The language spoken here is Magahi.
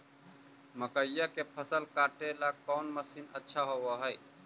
मकइया के फसल काटेला कौन मशीन अच्छा होव हई?